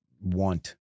want